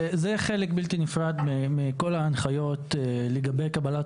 זה חלק בלתי נפרד מכל ההנחיות לגבי קבלת